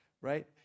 right